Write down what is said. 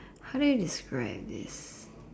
how do you describe this